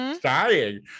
Dying